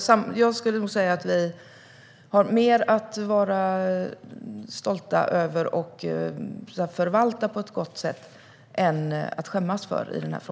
Jag tycker nog att vi i denna fråga har mer att vara stolta över, och mer att förvalta på ett gott sätt, än att skämmas för.